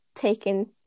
taken